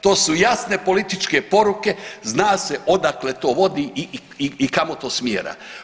To su jasne političke poruke, zna se odakle to vode i kamo to smjera.